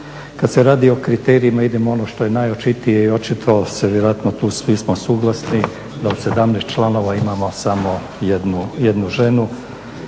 Kad se radi o kriterijima idemo ono što je najočitije i očito se vjerojatno tu svi smo suglasni da od 17 članova imamo samo jednu ženu